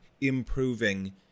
improving